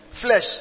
Flesh